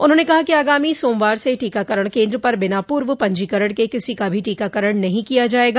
उन्होंने कहा कि आगामी सोमवार से टीकाकरण केन्द्र पर बिना पूर्व पंजीकरण के किसी का भी टीकाकरण नहीं किया जायेगा